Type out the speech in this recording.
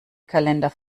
kalender